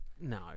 no